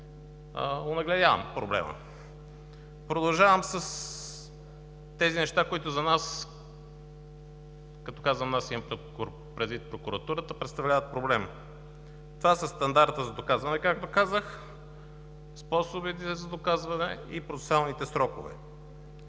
Продължавам с тези неща, които за нас – като казвам „нас“, имам предвид прокуратурата – представляват проблем. Това са стандартът за доказване, както казах, способите за доказване и процесуалните срокове.